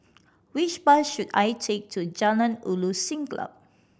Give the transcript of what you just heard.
which bus should I take to Jalan Ulu Siglap